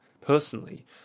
personally